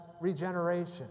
regeneration